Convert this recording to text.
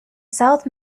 south